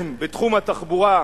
בתחום התחבורה,